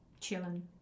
chilling